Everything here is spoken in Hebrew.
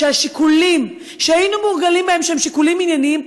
היא שהשיקולים שהיינו מורגלים בהם שהם שיקולים ענייניים,